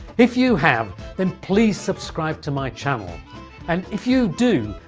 if you have, then please subscribe to my channel and if you do,